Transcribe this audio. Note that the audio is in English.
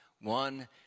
one